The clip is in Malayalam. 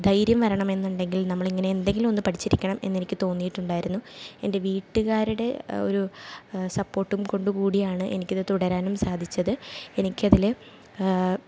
ധൈര്യം വരണമെന്നുണ്ടെങ്കിൽ നമ്മളിങ്ങനെ എന്തെങ്കിലും ഒന്ന് പഠിച്ചിരിക്കണം എന്നെനിക്ക് തോന്നിയിട്ടുണ്ടായിരുന്നു എൻ്റെ വീട്ടുകാരുടെ ഒരു സപ്പോർട്ടും കൊണ്ട് കൂടിയാണ് എനിക്കിത് തുടരാനും സാധിച്ചത് എനിക്കതിൽ